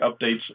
updates